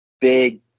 big